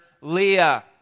Leah